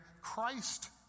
Christ